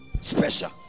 special